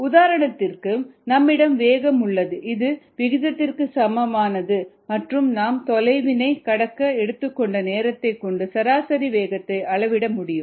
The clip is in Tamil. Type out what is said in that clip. உதாரணத்திற்கு நம்மிடம் வேகம் உள்ளது இது விகிதத்திற்கு சமமானது மற்றும் நாம் தொலைவினை கடக்க எடுத்துக்கொண்ட நேரத்தைக் கொண்டுசராசரி வேகத்தை அளவிட முடியும்